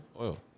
Oil